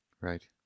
Right